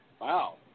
wow